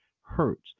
hurts